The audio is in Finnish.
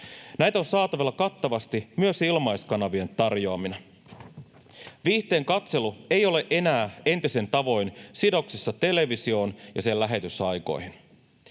Näitä on saatavilla kattavasti myös ilmaiskanavien tarjoamina. Viihteen katselu ei ole enää entisen tavoin sidoksissa televisioon ja sen lähetysaikoihin.